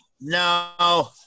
No